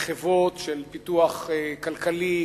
מחוות של פיתוח כלכלי,